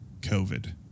COVID